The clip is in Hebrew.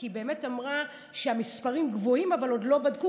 היא אמרה שהמספרים גבוהים אבל עוד לא בדקו,